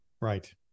Right